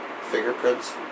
Fingerprints